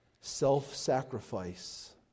self-sacrifice